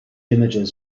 images